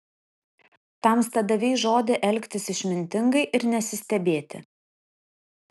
tamsta davei žodį elgtis išmintingai ir nesistebėti